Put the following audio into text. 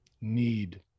need